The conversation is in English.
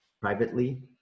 privately